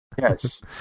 Yes